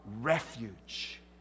refuge